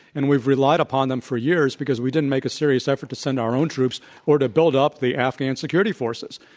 and we've relied upon them for years because we didn't make a serious effort to send our own troops or to build up the afghan security forces.